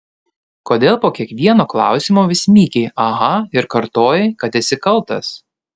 kodėl po kiekvieno klausimo vis mykei aha ir kartojai kad esi kaltas